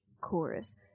chorus